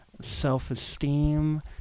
self-esteem